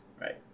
right